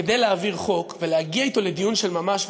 כדי להעביר חוק ולהגיע אתו לדיון של ממש,